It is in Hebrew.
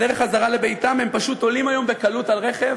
בדרך חזרה לביתם הם פשוט עולים היום בקלות על רכב,